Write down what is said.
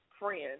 friend